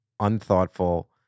unthoughtful